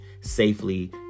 Safely